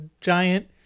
giant